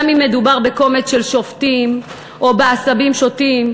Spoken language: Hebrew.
גם אם מדובר בקומץ של שופטים או בעשבים שוטים,